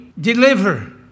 deliver